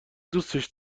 دوستش